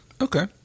Okay